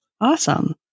awesome